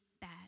bad